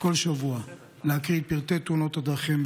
כל שבוע להקריא את פרטי תאונות הדרכים,